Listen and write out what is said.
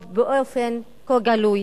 או באופן כה גלוי.